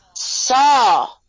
Saw